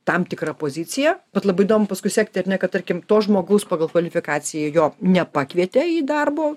tam tikrą poziciją bet labai įdomu paskui sekti ar ne kad tarkim to žmogaus pagal kvalifikaciją jo nepakvietė į darbo